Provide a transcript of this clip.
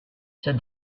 said